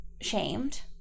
shamed